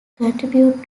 contribute